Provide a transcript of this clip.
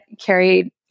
carried